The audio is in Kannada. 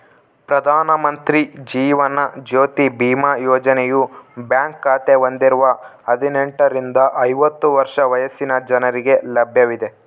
ಪ್ರಧಾನ ಮಂತ್ರಿ ಜೀವನ ಜ್ಯೋತಿ ಬಿಮಾ ಯೋಜನೆಯು ಬ್ಯಾಂಕ್ ಖಾತೆ ಹೊಂದಿರುವ ಹದಿನೆಂಟುರಿಂದ ಐವತ್ತು ವರ್ಷ ವಯಸ್ಸಿನ ಜನರಿಗೆ ಲಭ್ಯವಿದೆ